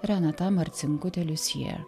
renata marcinkutė liucija